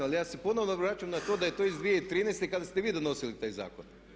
Ali ja se ponovno vraćam na to da je to iz 2013. kada ste vi donosili taj zakon.